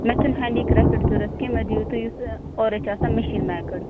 مےٚ چھُنہٕ handicrafted ضروٗرت کیٚنٛہہ مےٚ دِیِو تُہۍ یُس اورَے چھُ آسان مِشیٖن میکٕڈ